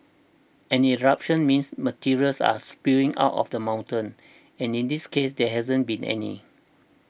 an eruption means materials are spewing out of the mountain and in this case there hasn't been any